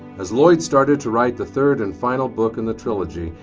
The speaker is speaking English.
as lloyd started to write the third and final book in the trilogy,